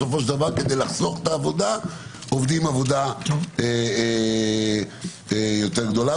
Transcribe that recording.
כדי לחסוך את העבודה עושים עבודה יותר גדולה.